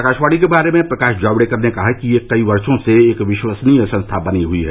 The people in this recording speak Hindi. आकाशवाणी के बारे में प्रकाश जावड़ेकर ने कहा कि यह कई वर्षों से एक विश्वसनीय संस्था बनी हुई है